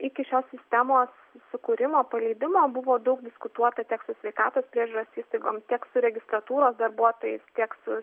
iki šios sistemos sukūrimo paleidimo buvo daug diskutuota tiek su sveikatos priežiūros įstaigom tiek su registratūros darbuotojais tiek su